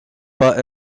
pas